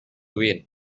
win